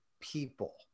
people